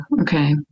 okay